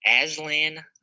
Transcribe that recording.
Aslan